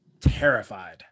terrified